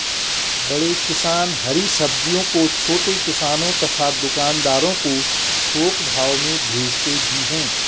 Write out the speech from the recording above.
बड़े किसान हरी सब्जियों को छोटे किसानों तथा दुकानदारों को थोक भाव में भेजते भी हैं